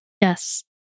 Yes